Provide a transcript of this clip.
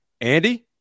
Andy